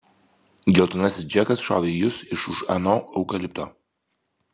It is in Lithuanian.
geltonasis džekas šovė į jus iš už ano eukalipto